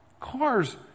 Cars